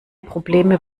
probleme